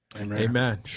Amen